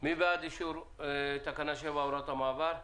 מי בעד אישור תקנה 7, הוראת המעבר?